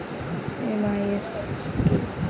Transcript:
MIS কি?